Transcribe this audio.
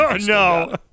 No